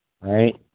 right